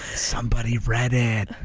somebody read it.